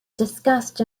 disgust